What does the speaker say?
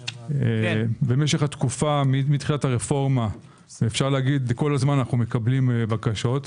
במשך התקופה מתחילת הרפורמה אפשר לומר כל הזמן אנו מקבלים בקשות,